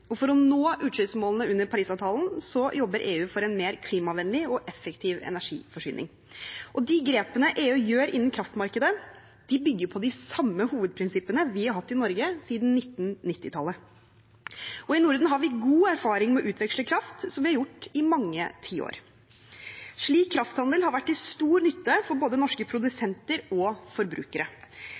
og for å nå utslippsmålene i Parisavtalen, jobber EU for en mer klimavennlig og effektiv energiforsyning. De grepene EU tar innenfor kraftmarkedet, bygger på de samme hovedprinsippene vi har hatt i Norge siden 1990-tallet. Og i Norden har vi god erfaring med å utveksle kraft, som vi har gjort i mange tiår. Slik krafthandel har vært til stor nytte både for norske produsenter og forbrukere.